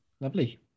lovely